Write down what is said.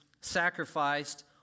sacrificed